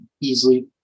easily